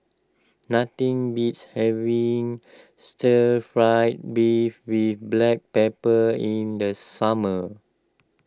nothing beats having Stir Fried Beef with Black Pepper in the summer